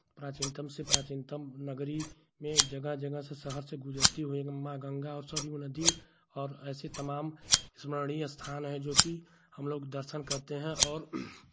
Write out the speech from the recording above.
प्राचीनतम से प्राचीनतम नगरी में जगह जगह से शहर से गुजरते हुए माँ गंगा और सरयुग नदी और ऐसे तमाम स्मरणीय स्थान हैं जोकि हमलोग दर्शन करते हैं और